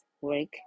work